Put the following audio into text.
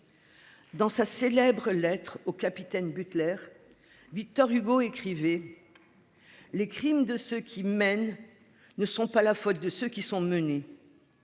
Dans sa célèbre lettre au Capitaine Buetler. Victor Hugo écrivait. Les crimes de ceux qui mènent. Ne sont pas la faute de ceux qui sont menées.